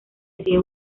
decide